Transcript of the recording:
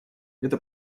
это